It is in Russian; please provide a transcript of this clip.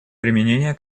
применения